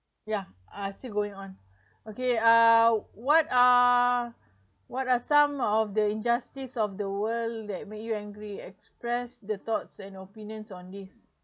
yeah uh still going on okay uh what are what are some of the injustice of the world that made you angry express the thoughts and opinions on this